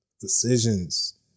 decisions